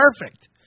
perfect